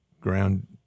ground